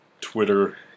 Twitter